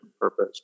purpose